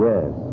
Yes